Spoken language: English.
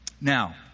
Now